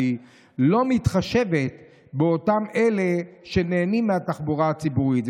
לא מתחשבת באותם אלה שנהנים מתחבורה הציבורית.